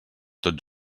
tot